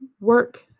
work